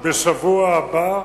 בשבוע הבא.